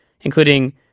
including